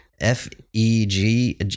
F-E-G